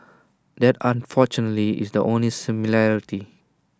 that unfortunately is the only similarity